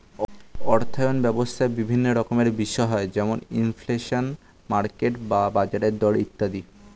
অর্থায়ন ব্যবস্থায় বিভিন্ন রকমের বিষয় হয় যেমন ইনফ্লেশন, মার্কেট বা বাজারের দর ইত্যাদি